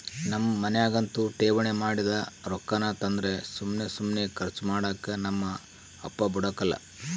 ನಮ್ ಮನ್ಯಾಗಂತೂ ಠೇವಣಿ ಮಾಡಿದ್ ರೊಕ್ಕಾನ ತಂದ್ರ ಸುಮ್ ಸುಮ್ನೆ ಕರ್ಚು ಮಾಡಾಕ ನಮ್ ಅಪ್ಪ ಬುಡಕಲ್ಲ